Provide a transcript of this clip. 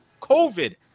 COVID